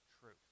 truth